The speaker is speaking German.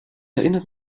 erinnert